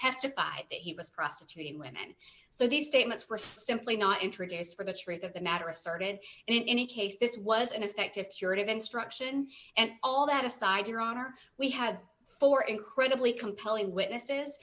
testified that he was prostituting women so these statements were simply not introduced for the truth of the matter asserted in any case this was an effective curative instruction and all that aside your honor we have four incredibly compelling witnesses